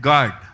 God